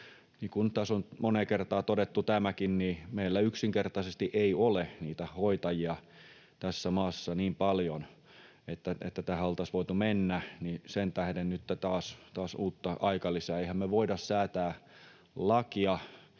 kuin tässä on moneen kertaan todettu, meillä yksinkertaisesti ei ole niitä hoitajia tässä maassa niin paljon, että tähän olisi voitu mennä. Sen tähden nytten taas uutta aikalisää. Emmehän me voi säätää lakia,